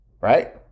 right